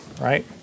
right